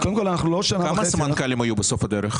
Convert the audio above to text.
כמה סמנכ"לים היו בסוף הדרך?